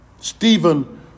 Stephen